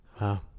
Wow